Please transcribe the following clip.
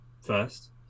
first